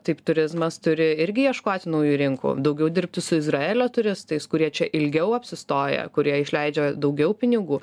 taip turizmas turi irgi ieškoti naujų rinkų daugiau dirbti su izraelio turistais kurie čia ilgiau apsistoja kurie išleidžia daugiau pinigų